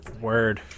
word